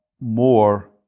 more